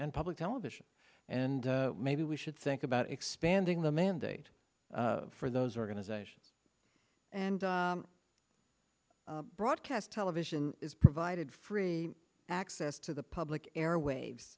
public television and maybe we should think about expanding the mandate for those organizations and broadcast television is provided free access to the public airwaves